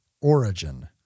origin